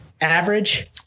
average